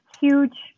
huge